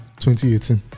2018